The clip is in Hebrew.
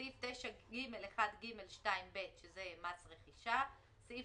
סעיף 9(ג1ג)(2)(ב) שזה מס רכישה; סעיף